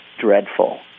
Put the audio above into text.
dreadful